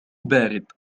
بارد